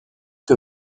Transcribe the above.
que